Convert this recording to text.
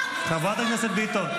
אז תן לי להגיד עוד